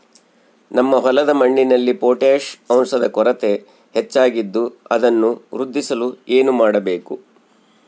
ನಮ್ಮ ಹೊಲದ ಮಣ್ಣಿನಲ್ಲಿ ಪೊಟ್ಯಾಷ್ ಅಂಶದ ಕೊರತೆ ಹೆಚ್ಚಾಗಿದ್ದು ಅದನ್ನು ವೃದ್ಧಿಸಲು ಏನು ಮಾಡಬೇಕು?